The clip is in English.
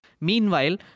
Meanwhile